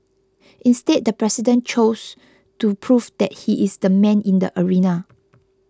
instead the president chose to prove that he is the man in the arena